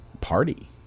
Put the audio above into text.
party